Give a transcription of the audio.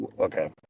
okay